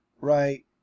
right